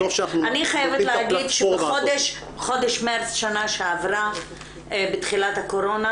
אני חייבת להגיד שבחודש מרץ שנה שעברה בתחילת הקורונה